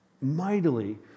mightily